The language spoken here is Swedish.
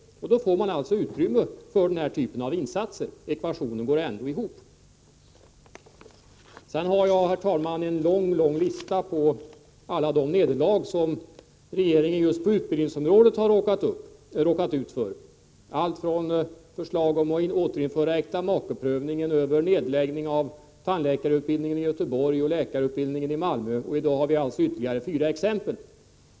Då får man utrymme för denna typ av insatser — ekvationen går ändå ihop. Herr talman! Jag har en lång lista på alla de nederlag som regeringen just på utbildningsområdet har råkat ut för. Det gäller t.ex. förslag om att återinföra äktamakeprövning, om att lägga ned tandläkarutbildningen i Göteborg och om att lägga ned läkarutbildningen i Malmö. I dag har vi alltså ytterligare fyra exempel.